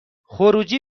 خروجی